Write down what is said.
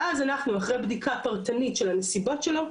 ואז אנחנו אחרי בדיקה פרטנית של הנסיבות שלו,